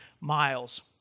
miles